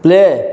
play